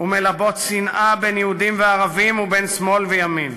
ומלבות שנאה בין יהודים וערבים ובין שמאל וימין.